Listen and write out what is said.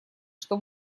что